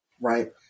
right